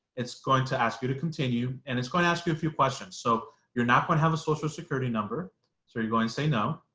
it's going to ask you to continue and it's going to ask a few questions so you're not going to have a social security number so you're going to say no,